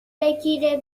بگیره